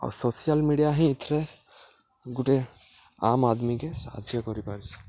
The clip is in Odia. ଆଉ ସୋସିଆଲ୍ ମିଡ଼ିଆ ହିଁ ଏଥିରେ ଗୁଟେ ଆମ୍ ଆଦ୍ମିକେ ସାହାଯ୍ୟ କରିପାରୁଛେ